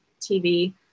TV